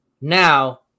Now